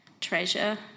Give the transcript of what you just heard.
treasure